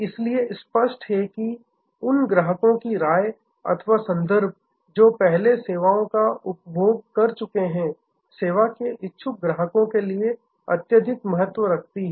इसलिए स्पष्ट है उन ग्राहकों की राय अथवा संदर्भ जो पहले सेवाओं का उपभोग कर चुके हैं सेवा के इच्छुक ग्राहकों के लिए अत्यधिक महत्वरखती है